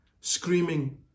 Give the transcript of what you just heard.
screaming